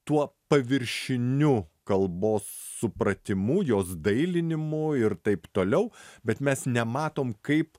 tuo paviršiniu kalbos supratimu jos dailinimu ir taip toliau bet mes nematom kaip